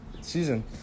season